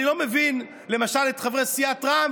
אני לא מבין למשל את חברי סיעת רע"מ,